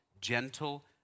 gentle